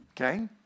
Okay